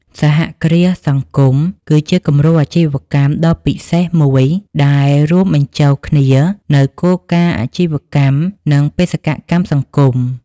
សហគ្រាសសង្គម គឺជាគំរូអាជីវកម្មដ៏ពិសេសមួយ ដែលរួមបញ្ចូលគ្នានូវគោលការណ៍នៃអាជីវកម្ម និងបេសកកម្មសង្គម។